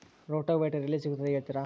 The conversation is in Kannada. ರೋಟೋವೇಟರ್ ಎಲ್ಲಿ ಸಿಗುತ್ತದೆ ಹೇಳ್ತೇರಾ?